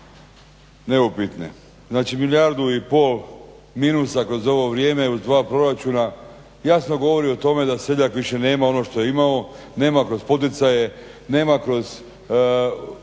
neupitne. Znači, milijardu i pol minusa kroz ovo vrijeme uz dva proračuna jasno govori o tome da seljak više nema ono što je imao, nema kroz poticaje, nema kroz